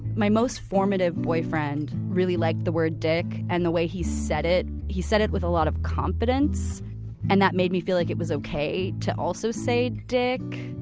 my most formative boyfriend really liked the word dick, and the way he said it he said it with a lot of confidence and that made me feel like it was ok to also say dick.